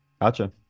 gotcha